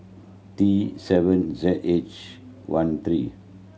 T seven Z H one three